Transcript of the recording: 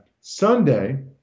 Sunday